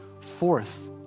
forth